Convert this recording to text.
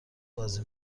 بازی